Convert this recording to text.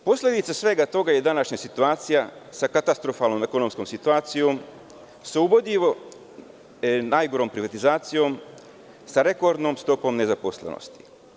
Posledica svega toga je današnja situacija sa katastrofalnom ekonomskom situacijom, sa ubedljivo najgorom privatizacijom, sa rekordnom stopom nezaposlenosti.